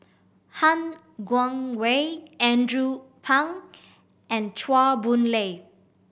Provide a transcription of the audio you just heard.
Han Guangwei Andrew Phang and Chua Boon Lay